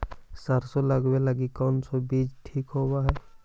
सरसों लगावे लगी कौन से बीज ठीक होव हई?